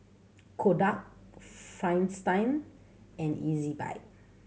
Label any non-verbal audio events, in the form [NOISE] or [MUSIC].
Kodak [UNINTELLIGIBLE] Fristine and Ezbuy